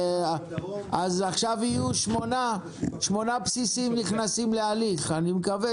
עכשיו שמונה בסיסים נכנסים להליך ואני מקווה